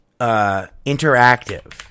interactive